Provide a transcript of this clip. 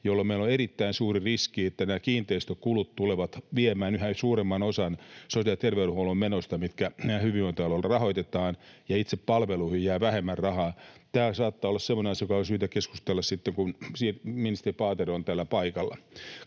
jolloin meillä on erittäin suuri riski, että kiinteistökulut tulevat viemään yhä suuremman osan sosiaali- ja terveydenhuollon menoista, mitkä hyvinvointialueilla rahoitetaan, ja itse palveluihin jää vähemmän rahaa. Tämä saattaa olla semmoinen asia, josta on syytä keskustella sitten, kun ministeri Paatero on täällä paikalla.